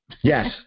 Yes